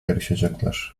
yarışacaklar